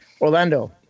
Orlando